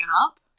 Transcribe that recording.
up